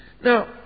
Now